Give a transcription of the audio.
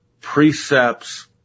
precepts